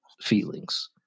feelings